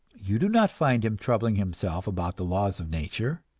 you do not find him troubling himself about the laws of nature